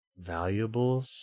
valuables